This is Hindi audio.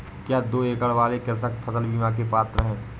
क्या दो एकड़ वाले कृषक फसल बीमा के पात्र हैं?